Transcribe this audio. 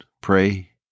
pray